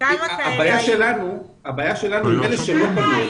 הבעיה שלנו היא עם אלה שלא פנו אלינו,